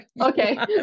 okay